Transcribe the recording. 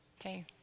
okay